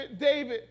David